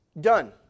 Done